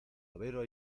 overo